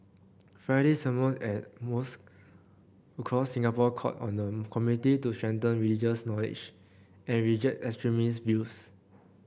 Friday sermons at mosques across Singapore called on the community to strengthen religious knowledge and reject extremist views